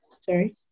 Sorry